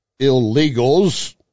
illegals